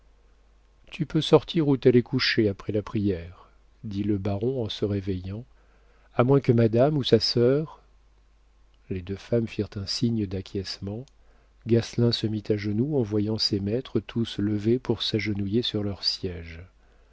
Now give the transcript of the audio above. tu peux sortir ou t'aller coucher après la prière dit le baron en se réveillant à moins que madame ou sa sœur les deux femmes firent un signe d'acquiescement gasselin se mit à genoux en voyant ses maîtres tous levés pour s'agenouiller sur leurs siéges